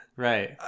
Right